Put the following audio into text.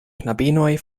knabinoj